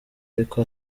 ariko